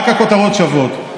רק הכותרות שוות.